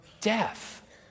death